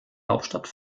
hauptstadt